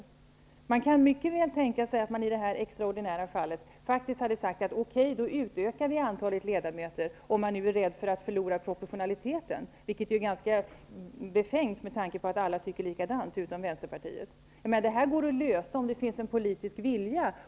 Om det är så att det finns en rädsla för att proportionaliteten i utskottet skulle gå förlorad -- vilket är ganska befängt, med tanke på att alla tycker likadant förutom Vänsterpartiet -- kunde man mycket väl tänka sig att man i det här extraordinära fallet faktiskt hade sagt: Okej, då utökar vi antalet ledamöter. Det här problemet går alltså att lösa om det finns en politisk vilja.